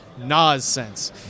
Nas-sense